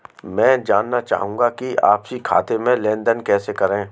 मैं जानना चाहूँगा कि आपसी खाते में लेनदेन कैसे करें?